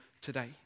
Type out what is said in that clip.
today